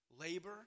labor